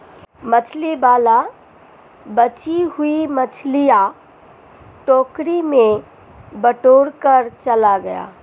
मछली वाला बची हुई मछलियां टोकरी में बटोरकर चला गया